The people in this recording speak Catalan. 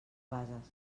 bases